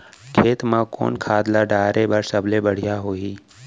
खेत म कोन खाद ला डाले बर सबले बढ़िया होही?